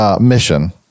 mission